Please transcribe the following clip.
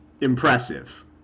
impressive